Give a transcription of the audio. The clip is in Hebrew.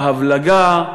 ההבלגה,